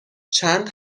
چند